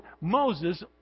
Moses